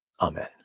Amen